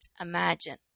imagine